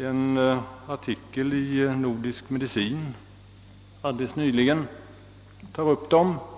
En artikel i Nordisk Medicin tar nyligen upp dessa saker.